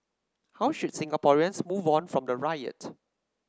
how should Singaporeans move on from the riot